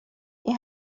این